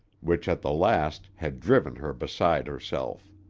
which at the last had driven her beside herself.